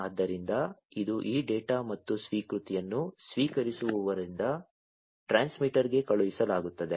ಆದ್ದರಿಂದ ಇದು ಈ ಡೇಟಾ ಮತ್ತು ಸ್ವೀಕೃತಿಯನ್ನು ಸ್ವೀಕರಿಸುವವರಿಂದ ಟ್ರಾನ್ಸ್ಮಿಟರ್ಗೆ ಕಳುಹಿಸಲಾಗುತ್ತದೆ